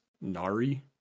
nari